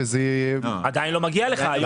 עדיין לא מגיע לך.